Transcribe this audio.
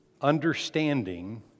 Understanding